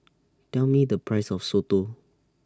Tell Me The Price of Soto